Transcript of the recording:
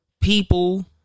people